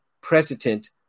precedent